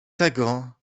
tego